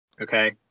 Okay